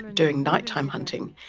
doing night-time hunting,